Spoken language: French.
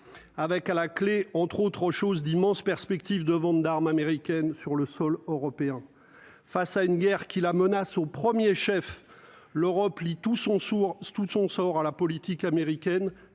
avec à la clé, entre autres choses d'immenses perspectives de ventes d'armes américaines sur le sol européen face à une guerre qui la menace, au 1er chef l'Europe tous sont sourds tout de son sort à la politique américaine